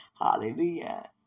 Hallelujah